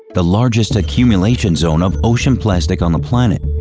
the largest accumulation zone of ocean plastic on the planet.